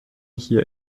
hier